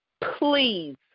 please